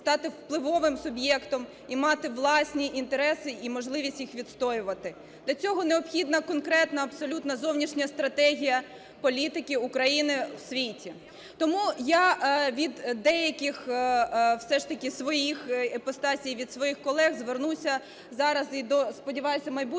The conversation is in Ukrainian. стати впливовим суб'єктом і мати власні інтереси, і можливість їх відстоювати. Для цього необхідна конкретна абсолютно зовнішня стратегія політики України в світі. Тому я від деяких все ж таки своїх іпостасей, від своїх колег звернуся зараз і до, сподіваюсь, майбутнього